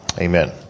amen